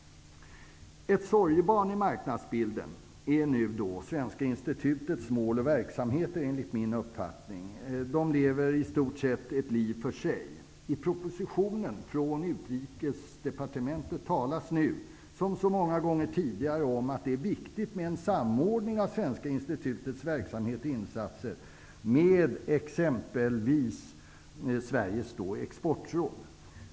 Ett sorgebarn i marknadsbilden är nu Svenska institutets mål och verksamheter. De lever i stort sett ett liv för sig. I propositionen från Utrikesdepartementet talas nu -- som så många gånger tidigare -- om att det är viktigt med en samordning av Svenska institutets verksamhet och insatser med exempelvis Sveriges exportråd.